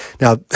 Now